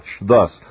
Thus